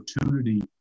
opportunity